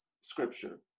scripture